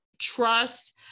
trust